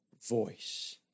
voice